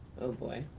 oh boy.